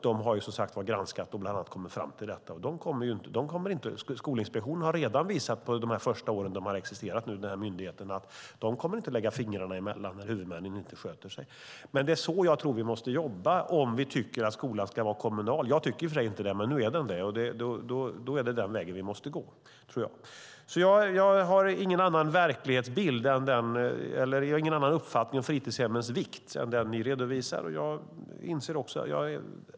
De har, som sagt, granskat och bland annat kommit fram till detta. Skolinspektionen har redan under det första året som myndigheten existerat visat att de inte kommer att lägga fingrarna emellan när huvudmännen inte sköter sig. Det är så jag tror att vi måste jobba om vi tycker att skolan ska vara kommunal. Jag tycker i och för sig inte det, men nu är den det, och då är det den vägen vi måste gå. Jag har således ingen annan uppfattning om fritidshemmens vikt än den som här redovisas.